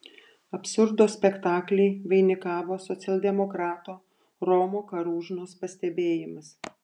absurdo spektaklį vainikavo socialdemokrato romo karūžnos pastebėjimas